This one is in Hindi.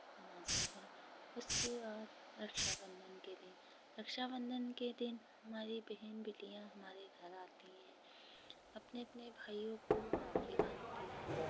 मनाते हैं उसके बाद रक्षाबंधन के दिन रक्षाबंधन के दिन हमारी बहन बिटियाँ हमारे घर आती हैं अपने अपने भाइयों को राखी बाँधती हैं